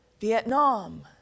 Vietnam